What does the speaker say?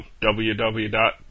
www